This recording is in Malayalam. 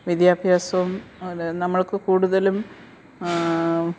വിദ്യാഭ്യാസവും അത് നമ്മൾക്ക് കൂടുതലും